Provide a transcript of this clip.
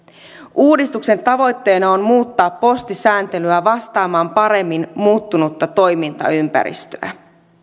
uudistuksen tavoitteena on muuttaa postisääntelyä vastaamaan paremmin muuttunutta toimintaympäristöä